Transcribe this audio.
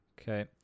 Okay